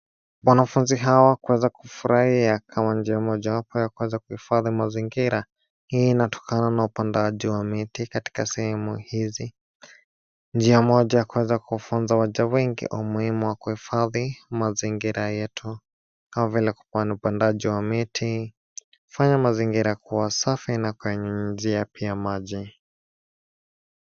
Wanafunzi hawa kuweza kufurahia mojawapo ya kuhifadhi mazingira. Hii inatokana na upandaji miti katika sehemu hizi. Njia moja ya kuweza kuwafunza waja wengi umuhimu wa kuhifadhi mazingira kwa pandaji wa miti. Kufanya mazingira kuwa masafi na njia ya maji.